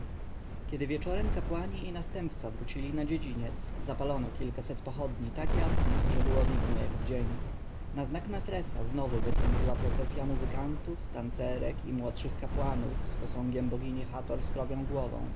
kiedy wieczorem kapłani i następca wrócili na dziedziniec zapalono kilkaset pochodni tak jasnych że było widno jak w dzień na znak mefresa znowu wystąpiła procesja muzykantów tancerek i młodszych kapłanów z posągiem bogini hator z krowią głową